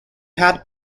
had